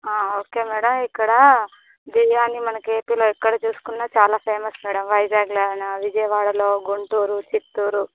ఆ okay madam ఇక్కడ బిర్యానీ మనకి ఏపీలో ఎక్కడ చూసుకున్నా చాలా ఫేమస్ మేడం వైజాగులో అయినా విజయవాడలో గుంటూరు చిత్తూరు